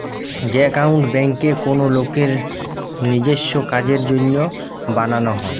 যে একাউন্ট বেঙ্কে কোনো লোকের নিজেস্য কাজের জন্য বানানো হয়